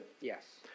Yes